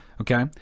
Okay